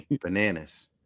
Bananas